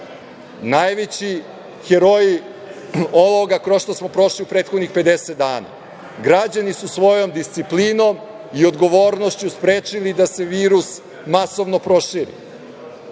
najveći heroji ovoga kroz šta smo prošli u prethodnih 50 dana. Građani su svojom disciplinom i odgovornošću sprečili da se virus masovno proširi